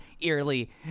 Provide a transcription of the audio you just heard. eerily